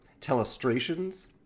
Telestrations